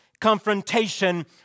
confrontation